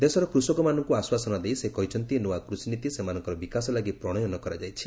ଦେଶର କୃଷକମାନଙ୍କୁ ଆଶ୍ୱାସନା ଦେଇ ସେ କହିଛନ୍ତି ନୂଆ କୃଷିନୀତି ସେମାନଙ୍କର ବିକାଶ ଲାଗି ପ୍ରଣୟନ କରାଯାଇଛି